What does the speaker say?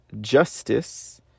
justice